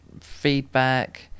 feedback